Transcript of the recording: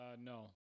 No